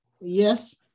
yes